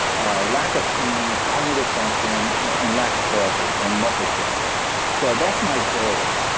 a lack of pain, cognitive function, and lack of frailty, and muscle strength so that's my goal.